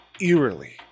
eerily